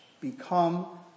become